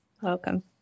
Welcome